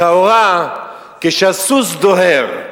לכאורה כשהסוס דוהר,